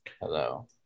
hello